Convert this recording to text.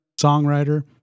songwriter